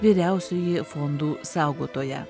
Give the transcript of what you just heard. vyriausioji fondų saugotoja